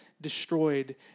destroyed